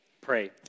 pray